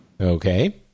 Okay